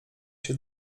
się